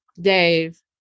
Dave